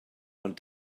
ond